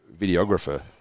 videographer